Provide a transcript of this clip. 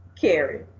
Carrie